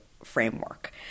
framework